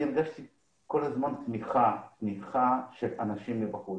אני כל הזמן הרגשתי תמיכה של אנשים מבחוץ.